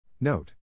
Note